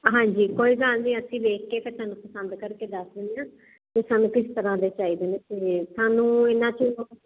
ਹਾਂਜੀ ਕੋਈ ਗੱਲ ਨੀ ਅਸੀਂ ਵੇਖ ਕੇ ਫਿਰ ਤੁਹਾਨੂੰ ਪਸੰਦ ਕਰਕੇ ਦੱਸ ਦਿੰਦੇ ਆਂ ਤੇ ਸਾਨੂੰ ਕਿਸ ਤਰ੍ਹਾਂ ਦੇ ਚਾਹੀਦੇ ਨੇ ਤੇ ਸਾਨੂੰ ਇਨਾ ਚ